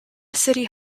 city